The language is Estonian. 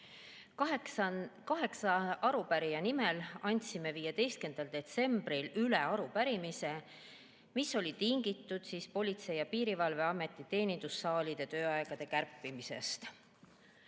Kaheksa arupärijat andsid 15. detsembril üle arupärimise, mis oli tingitud Politsei‑ ja Piirivalveameti teenindussaalide tööaegade kärpimisest.